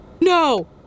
No